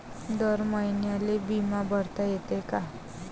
दर महिन्याले बिमा भरता येते का?